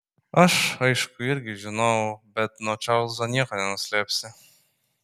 aš aišku irgi žinojau bet nuo čarlzo nieko nenuslėpsi